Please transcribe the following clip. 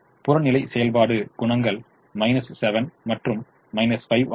ஆக புறநிலை செயல்பாடு குணகங்கள் 7 மற்றும் 5 ஆகும்